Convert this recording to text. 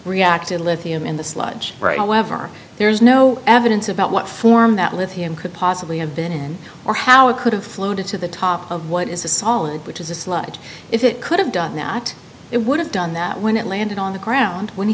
reactive lithium in the sludge right whenever there's no evidence about what form that lithium could possibly have been or how it could have floated to the top of what is a solid which is a slight if it could have done that it would have done that when it landed on the ground when he